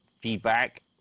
feedback